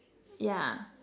yeah